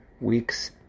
weeks